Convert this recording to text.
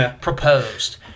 proposed